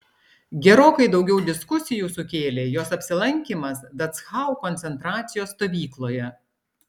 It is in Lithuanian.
gerokai daugiau diskusijų sukėlė jos apsilankymas dachau koncentracijos stovykloje